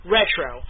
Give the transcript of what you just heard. Retro